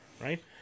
right